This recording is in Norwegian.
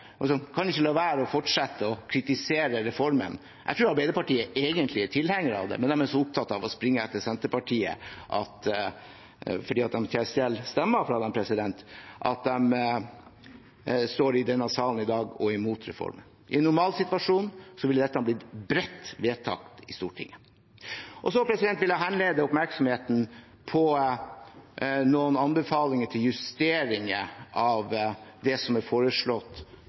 ikke la være å fortsette å kritisere reformen. Jeg tror Arbeiderpartiet egentlig er tilhenger av den, men de er så opptatt av å springe etter Senterpartiet fordi de stjeler stemmer fra dem, at de står i denne salen i dag og er imot reformen. I en normalsituasjon ville dette blitt bredt vedtatt i Stortinget. Så vil jeg henlede oppmerksomheten på noen anbefalinger til justeringer av det som er foreslått